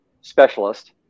specialist